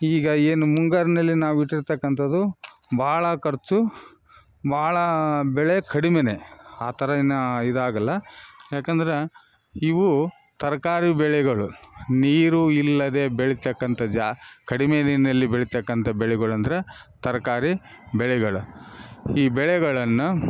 ಈಗ ಏನು ಮುಂಗಾರಿನಲ್ಲಿ ನಾವು ಇಟ್ಟಿರ್ತಕ್ಕಂಥದ್ದು ಭಾಳ ಖರ್ಚು ಭಾಳ ಬೆಳೆ ಕಡಿಮೇ ಆ ಥರ ಇನ್ನು ಇದಾಗೋಲ್ಲ ಯಾಕಂದರೆ ಇವೂ ತರಕಾರಿ ಬೆಳೆಗಳು ನೀರು ಇಲ್ಲದೆ ಬೆಳಿತಕ್ಕಂಥ ಜಾ ಕಡಿಮೆ ನೀರಿನಲ್ಲಿ ಬೆಳಿತಕ್ಕಂಥ ಬೆಳೆಗಳಂದ್ರೆ ತರಕಾರಿ ಬೆಳೆಗಳು ಈ ಬೆಳೆಗಳನ್ನು